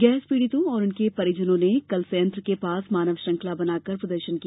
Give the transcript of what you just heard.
gas पीड़ितों और उनके परिजनों ने कल संयंत्र के पास मानव श्रृंखला बनाकर प्रदर्शन किया